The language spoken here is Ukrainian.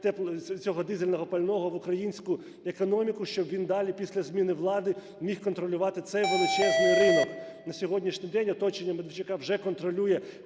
цього дизельного пального в українську економіку, щоб він далі, після зміни влади, міг контролювати цей величезний ринок. На сьогоднішній день оточення Медведчука вже контролює